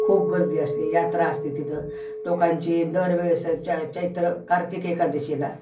खूप गर्दी असते यात्रा असते तिथं लोकांची दरवेळेस च चैत्र कार्तिक एकादशीला